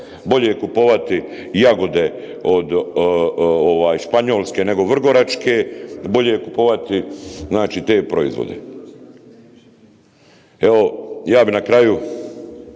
bolje je kupovati jagode od ovaj Španjolske nego Vrgoračke, bolje je kupovati znači te proizvode. Evo, ja bi na kraju